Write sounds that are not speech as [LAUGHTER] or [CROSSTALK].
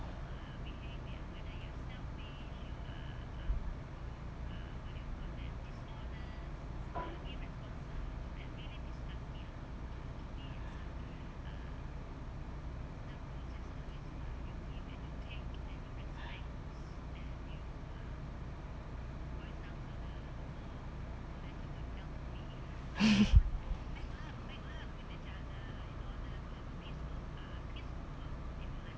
[LAUGHS]